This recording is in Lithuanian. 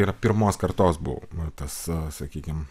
ir pirmos kartos buvau na tas sakykim